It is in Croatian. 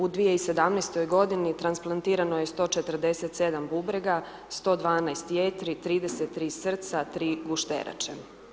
U 2017. g. transplantirano je 147 bubrega, 112 jetri, 33 srca, 3 gušterače.